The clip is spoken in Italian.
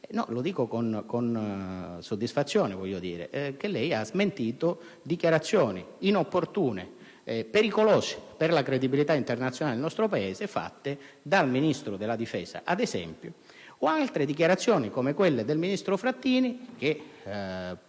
insomma, con soddisfazione che lei ha smentito dichiarazioni inopportune e pericolose per la credibilità internazionale del nostro Paese rilasciate dal Ministro della difesa, ad esempio, o altre, come quelle del ministro Frattini che